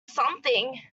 something